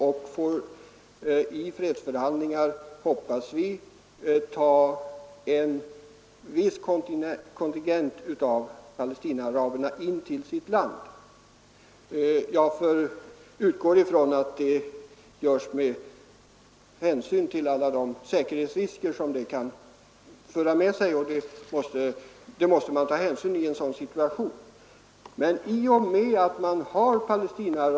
Och om Israel i fredsförhandlingar får ta en viss kontingent av Palestinaraberna in i sitt land — jag utgår från att det sker med hänsyn till alla de säkerhetsrisker som det kan föra med sig, risker som måste beaktas i en sådan situation — är Israel de facto en multirasial stat.